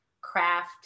craft